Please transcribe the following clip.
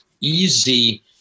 easy